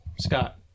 Scott